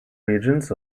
regions